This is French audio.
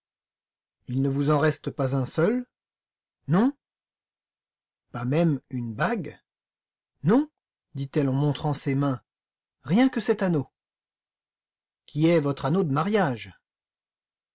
il ne vous en reste pas un seul non pas même une bague non dit-elle en montrant ses mains rien que cet anneau qui est votre anneau de mariage